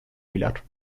pilar